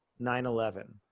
9-11